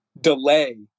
delay